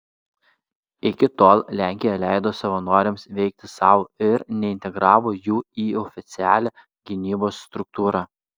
iki tol lenkija leido savanoriams veikti sau ir neintegravo jų į oficialią gynybos struktūrą